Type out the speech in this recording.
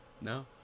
No